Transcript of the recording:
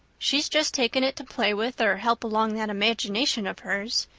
she's just taken it to play with or help along that imagination of hers.